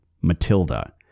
Matilda